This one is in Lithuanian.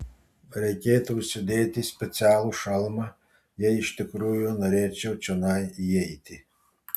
reikėtų užsidėti specialų šalmą jei iš tikrųjų norėčiau čionai įeiti